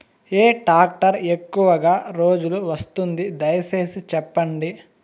ఏ tractor ఎక్కువగా రోజులు వస్తుంది, దయసేసి చెప్పండి?